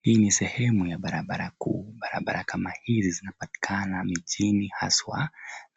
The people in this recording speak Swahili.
Hii ni sehemu ya barabara kuu. Barabara kama hizi zinapatikana mijini haswa